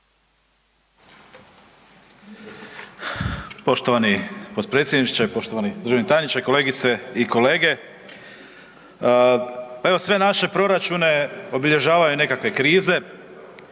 Poštovani potpredsjedniče. Poštovani državni tajniče, kolegice i kolege. Pa evo, sve naše proračune obilježavaju nekakve krize,